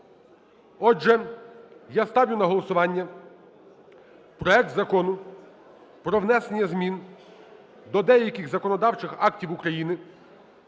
Отже, я ставлю на голосування проект Закону про внесення змін до деяких законодавчих актів України